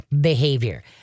behavior